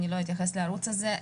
אני לא אתייחס לערוץ הזה,